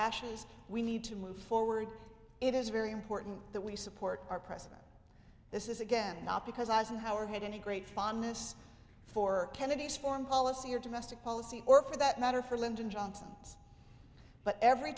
ashes we need to move forward it is very important that we support our president this is again not because eisenhower had any great fondness for kennedy's foreign policy or domestic policy or for that matter for lyndon johnson's but every